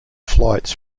flights